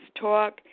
talk